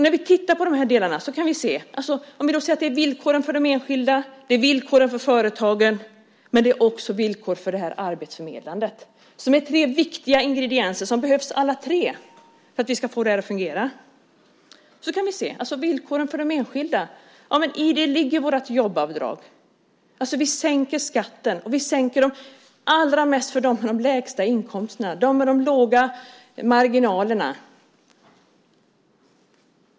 När det gäller de här delarna kan vi se villkoren för de enskilda, villkoren för företagen men också villkoren för arbetsförmedlandet. Det är tre viktiga ingredienser. Alla tre behövs för att vi ska få det här att fungera. I villkoren för de enskilda ligger vårt jobbavdrag. Vi sänker skatten, allra mest för dem med de lägsta inkomsterna, för dem med de låga marginalerna.